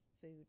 food